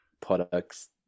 products